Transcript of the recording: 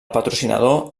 patrocinador